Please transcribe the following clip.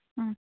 ꯎꯝ